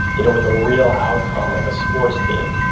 you know with a real outcome like a sports team.